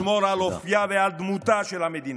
לשמור על אופייה ועל דמותה של המדינה.